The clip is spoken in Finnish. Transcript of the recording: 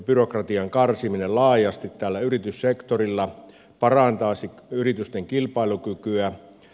byrokratian karsiminen laajasti tällä yrityssektorilla parantaisi yritysten kilpailukykyä